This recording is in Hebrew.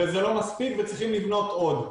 וזה לא מספיק וצריכים לבנות עוד,